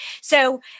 So-